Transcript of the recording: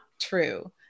true